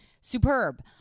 superb